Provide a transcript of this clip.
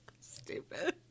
Stupid